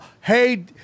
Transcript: Hey